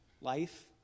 Life